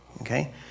Okay